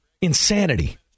insanity